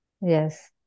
Yes